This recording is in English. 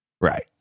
Right